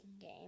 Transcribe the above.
game